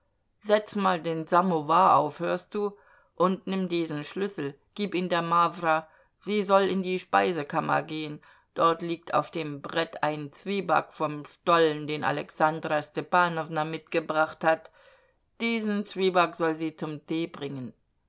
setz mal den samowar auf hörst du und nimm diesen schlüssel gib ihn der mawra sie soll in die speisekammer gehen dort liegt auf dem brett ein zwieback vom stollen den alexandra stepanowna mitgebracht hat diesen zwieback soll sie zum tee bringen